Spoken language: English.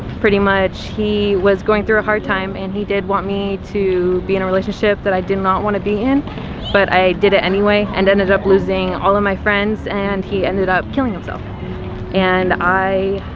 pretty much, he was going through a hard time and he did want me to be in a relationship that i did not want to be in but i did it anyway and ended up losing all of my friends and he ended up killing himself and i